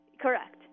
Correct